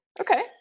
okay